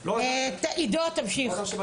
עידו, תמשיך.